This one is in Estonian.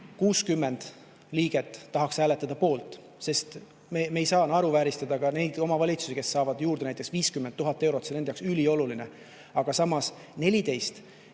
60 liiget tahaks hääletada poolt. Me ei saa naeruvääristada ka neid omavalitsusi, kes saavad juurde näiteks 50 000 eurot. See on nende jaoks ülioluline. Aga samas 14,